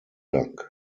dank